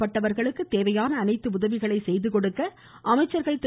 பாதிக்கப்பட்டவர்களுக்கு தேவையான அனைத்து உதவிகளை செய்து கொடுக்க அமைச்சர்கள் திரு